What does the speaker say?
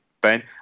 Ben